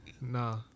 Nah